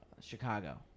Chicago